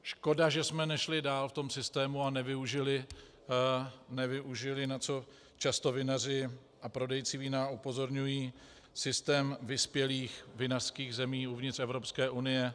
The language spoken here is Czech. Škoda, že jsme nešli v systému dál a nevyužili, na co často vinaři a prodejci vína upozorňují, systém vyspělých vinařských zemí uvnitř Evropské unie.